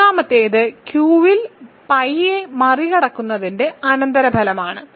മൂന്നാമത്തേത് Q ൽ പൈയെ മറികടക്കുന്നതിന്റെ അനന്തരഫലമാണ്